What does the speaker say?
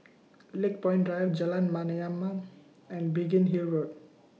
Lakepoint Drive Jalan Mayaanam and Biggin Hill Road